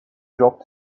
dropped